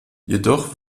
jedoch